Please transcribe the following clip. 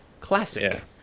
Classic